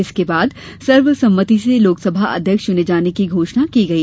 इसके उपरान्त सर्वसम्मति से लोकसभा अध्यक्ष चुने जाने की घोषणा की गई